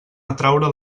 atraure